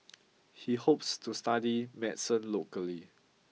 he hopes to study medicine locally